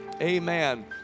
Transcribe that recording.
Amen